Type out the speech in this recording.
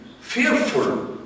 fearful